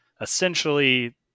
Essentially